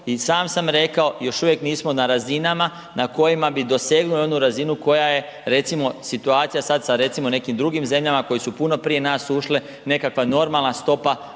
sam sam rekao, još uvijek nismo na razinama na kojima bi dosegnuli onu razinu koja je recimo situacija sad sa recimo nekim drugim zemljama koje su puno prije naš ušle, nekakva normalna stopa